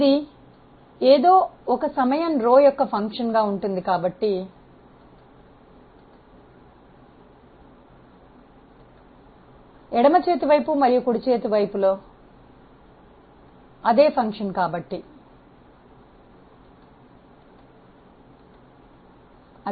ఇది ఏదో ఒక సమయం ρ యొక్క ఒక ఫంక్షన్ గా ఉంది కాబట్టి ఎడమ చేతి వైపు మరియు కుడి చేతి వైపుల అదే ఫంక్షన్ కాబట్టి అవి రద్దు అవుతాయి